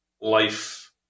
life